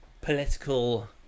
political